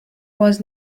was